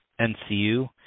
NCU